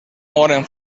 moren